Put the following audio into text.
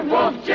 Wolf